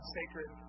sacred